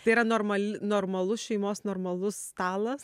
tai yra normali normalus šeimos normalus stalas